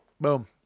Boom